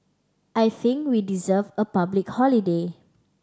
I think we deserve a public holiday